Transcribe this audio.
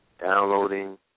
downloading